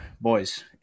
boys